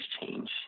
change